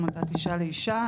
עמותת "אישה לאישה".